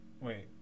wait